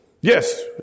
Yes